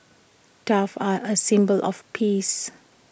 doves are A symbol of peace